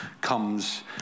comes